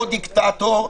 אותו דיקטטור,